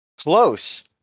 Close